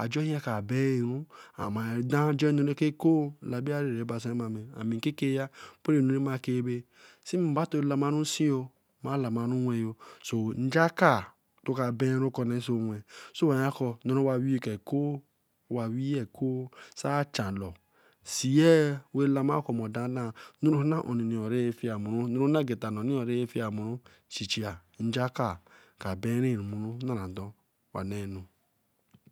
ojoyen kra benru and ami ajonu eko labiari ra basen a. me. N kekeya. tin bato lamiru nsiyo, mbato labira nwenyo so njaka oka benru okonee nwen. so wa yan ko aneraka wee eko, wee ye eko a chan lor, see yeeh wa lama kor wa chan lo enu wa oni ra fiemuru, chi chia ra njakar, anara ndaraton wanenu